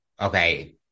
okay